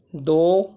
ਦੋ